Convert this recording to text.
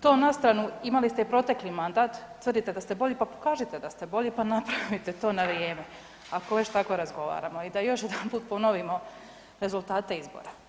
To nastranu, imali ste i protekli mandat, tvrdite da ste bolji, pa pokažite da ste bolji, pa napravite to na vrijeme ako već tako razgovaramo i da još jednom ponovimo rezultate izbora.